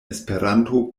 esperanto